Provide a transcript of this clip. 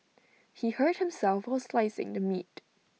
he hurt himself while slicing the meat